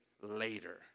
later